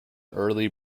early